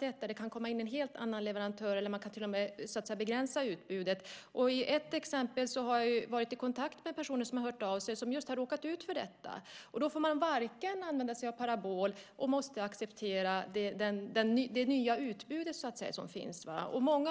Det kan komma in en helt annan leverantör eller man kan till och med begränsa utbudet. Jag har varit i kontakt med personer som har råkat ut för just detta. Då får man inte använda sig av parabol och man måste acceptera det nya utbudet. Många